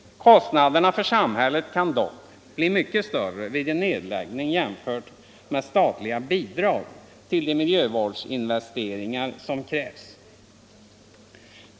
Kostnaderna för samhället kan dock bli mycket större vid en nedläggning jämfört med statliga bidrag till de miljövårdsinvesteringar som krävs.